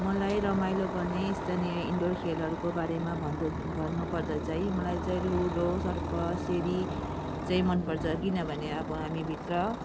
मलाई रमाइलो गर्ने स्थानीय इन्डोर खेलहरूको बारेमा भन्नु पर्दा चाहिँ मलाई चाहिँ लुडो सर्प सिँढी चाहिँ मन पर्छ किनभने अब हामीभित्र